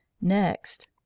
Next